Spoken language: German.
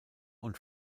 und